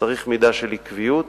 צריך מידה של עקביות וסבלנות.